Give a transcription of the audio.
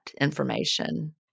information